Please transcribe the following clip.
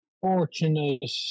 fortunate